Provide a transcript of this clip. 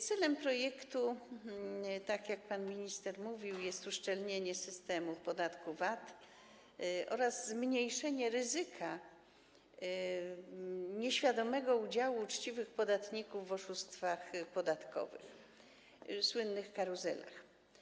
Celem projektu, tak jak pan minister mówił, jest uszczelnienie systemu podatku VAT oraz zmniejszenie ryzyka nieświadomego udziału uczciwych podatników w oszustwach podatkowych, słynnych karuzelach.